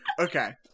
Okay